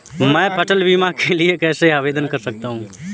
मैं फसल बीमा के लिए कैसे आवेदन कर सकता हूँ?